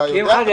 אתה יודע על זה,